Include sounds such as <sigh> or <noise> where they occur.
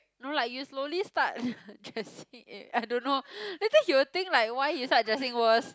no like you slowly start <laughs> dressing eh I don't know later he will think like why you start dressing worse